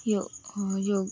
यो योग